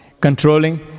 controlling